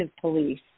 police